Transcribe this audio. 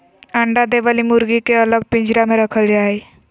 अंडा दे वली मुर्गी के अलग पिंजरा में रखल जा हई